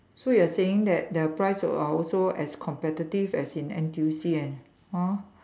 so you are saying that that the price are also as competitive as in N_T_U_C and !huh!